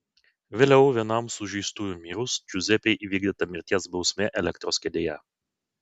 vėliau vienam sužeistųjų mirus džiuzepei įvykdyta mirties bausmė elektros kėdėje